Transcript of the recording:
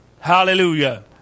Hallelujah